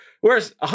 Whereas